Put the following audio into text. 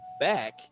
back